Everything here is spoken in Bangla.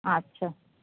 আচ্ছা